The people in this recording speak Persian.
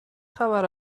خبر